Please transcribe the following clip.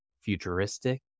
futuristic